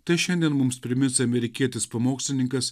tai šiandien mums primins amerikietis pamokslininkas